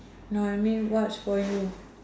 no I mean what's for you